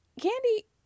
Candy